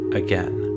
again